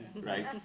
right